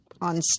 On